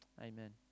Amen